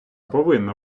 повинна